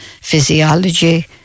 physiology